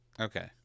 Okay